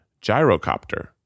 Gyrocopter